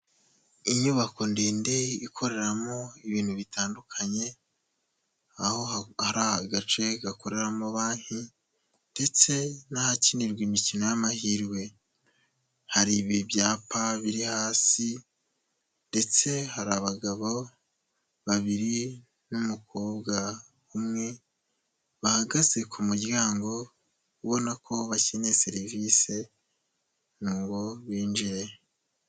Inyubako ndende ikoreramo ibintu bitandukanye, aho ari agace gakoreramo banki ndetse n'ahakinirwa imikino y'amahirwe. Hari ibyapa biri hasi ndetse hari abagabo babiri n'umukobwa umwe, bahagaze ku muryango ubona ko bakeneye serivisi ngo binjire.